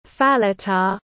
falata